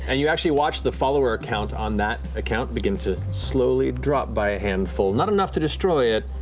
and you actually watched the follower count on that account begin to slowly drop by a handful. not enough to destroy it,